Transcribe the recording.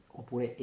oppure